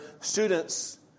students